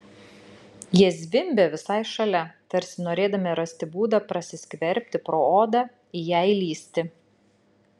jie zvimbė visai šalia tarsi norėdami rasti būdą prasiskverbti pro odą į ją įlįsti